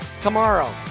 tomorrow